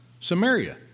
Samaria